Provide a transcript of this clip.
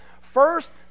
First